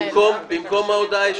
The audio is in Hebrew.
במקום ההודעה האישית?